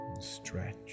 stretch